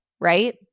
right